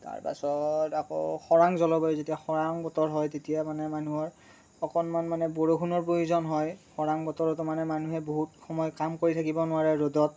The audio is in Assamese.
তাৰপাছত আকৌ খৰাং জলবায়ু যেতিয়া খৰাং বতৰ হয় তেতিয়া মানে মানুহৰ অকণমান মানে বৰষুণৰ প্ৰয়োজন হয় খৰাং বতৰত মানে মানুহে বহুত সময় কাম কৰি থাকিব নোৱাৰে ৰ'দত